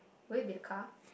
will it be the car